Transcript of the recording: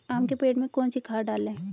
आम के पेड़ में कौन सी खाद डालें?